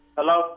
Hello